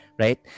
right